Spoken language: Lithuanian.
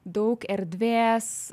daug erdvės